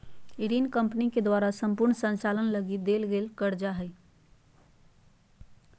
ऋण कम्पनी के द्वारा सम्पूर्ण संचालन लगी देल गेल कर्जा हइ